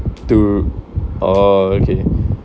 to oh okay